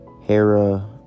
Hera